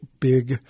Big